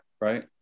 Right